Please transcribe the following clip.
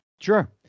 Sure